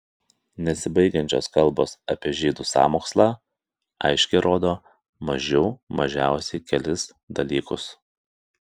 nesibaigiančios kalbos apie žydų sąmokslą aiškiai rodo mažių mažiausiai kelis dalykus